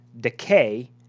decay